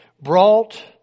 brought